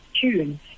tune